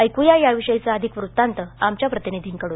ऐकू या याविषयी अधिक वृत्तांत आमच्या प्रतिनिधीकडून